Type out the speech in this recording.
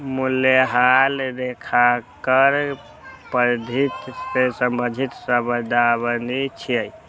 मूल्यह्रास लेखांकन पद्धति सं संबंधित शब्दावली छियै